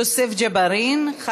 44 מתנגדים, אין נמנעים.